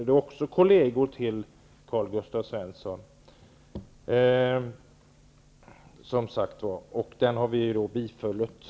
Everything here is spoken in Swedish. De är också kolleger till Karl-Gösta Svenson. Vi vill bifalla den motionen.